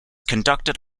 conducted